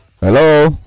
Hello